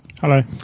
Hello